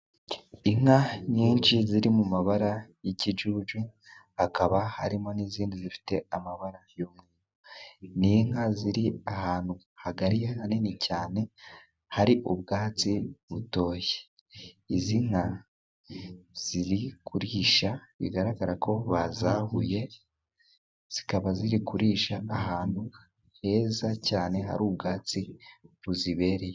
Inka nyinshi ziri mu mabara y'ikijuju, hakaba harimo n'izindi zifite amabara. Ni inka ziri ahantu hagari, hanini cyane, hari ubwatsi butoshye. Izi nka ziri kurihisha bigaragara ko bazahuye. Zikaba ziri kurisha ahantu heza cyane hari ubwatsi buzibereye.